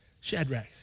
Shadrach